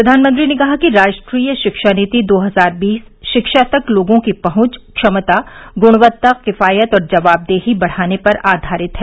प्रधानमंत्री ने कहा कि राष्ट्रीय शिक्षा नीति दो हजार बीस शिक्षा तक लोगो की पहुंच क्षमता गृणवत्ता किफायत और जवाबदेही बढ़ाने पर आधारित है